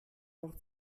noch